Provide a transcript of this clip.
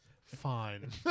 Fine